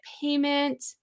payment